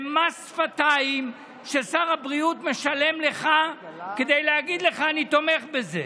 זה מס שפתיים ששר הבריאות משלם לך כדי להגיד לך: אני תומך בזה.